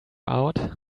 out